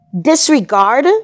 disregard